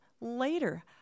later